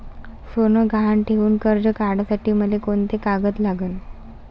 सोनं गहान ठेऊन कर्ज काढासाठी मले कोंते कागद लागन?